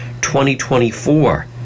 2024